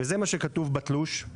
וזה מה שכתוב בתלוש,